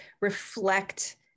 reflect